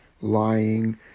lying